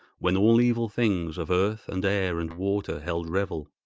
when all evil things of earth and air and water held revel.